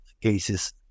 cases